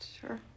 Sure